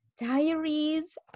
diaries